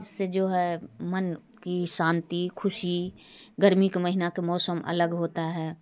इससे जो है मन की शांति खुशी गर्मी के महीने का मौसम अलग होता है